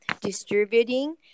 distributing